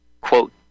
quote